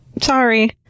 Sorry